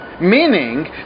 meaning